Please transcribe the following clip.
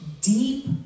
deep